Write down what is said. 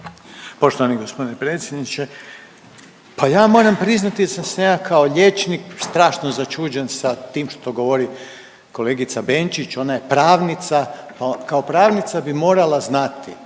Poštovani gospodine predsjedniče, pa ja vam moram priznati da sam se ja kao liječnik strašno začuđen sa tim što govori kolegica Benčić, ona je pravnica, pa kao pravnica bi morala znati